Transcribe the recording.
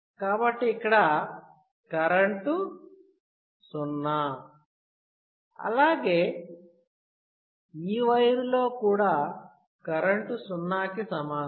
కాబట్టి ఇక్కడ కరెంటు 0 అలాగే ఈ వైర్ లో కూడా కరెంటు 0 కి సమానం